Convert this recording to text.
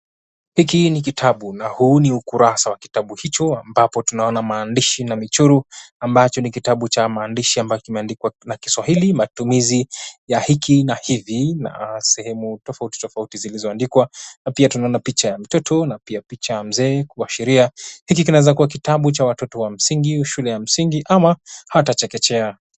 Hiki ni kitabu, na huu ni ukurasa wa kitabu hicho. Ambacho tunaona maandishi na michoro, ambacho ni kitabu cha maandishi ambacho kimeandikwa na kiswahili, matumizi ya hiki na hivi. Na sehemu tofauti tofauti zilizoandikwa, na pia tunaona picha ya mtoto, na pia picha ya mzee kuashiria, hiki kinaweza kuwa kitabu cha watoto wa msingi, shule ya msingi ama hata chekechea.